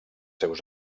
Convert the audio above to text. seus